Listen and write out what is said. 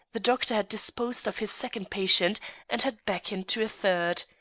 the doctor had disposed of his second patient and had beckoned to a third.